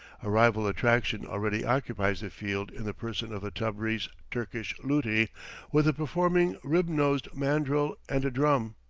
a rival attraction already occupies the field in the person of a tabreez turkish luti with a performing rib-nosed mandril and a drum.